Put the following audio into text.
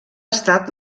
estat